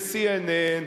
ב-CNN,